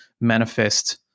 manifest